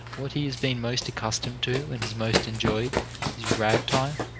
what he has been most accustomed to and has most enjoyed is ragtime,